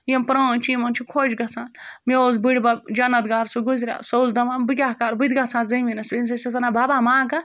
یِم پرٛٲنۍ چھِ یِمَن چھِ خۄش گژھان مےٚ اوس بٔڑۍ بَب جنت گار سُہ گُزریو سُہ اوس دَپان بہٕ کیٛاہ کَرٕ بہٕ تہِ گژھٕ ہا زٔمیٖنَس پٮ۪ٹھ أمِس أسۍ دَپان بابا ما گژھ